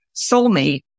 soulmate